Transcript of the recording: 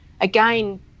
again